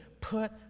put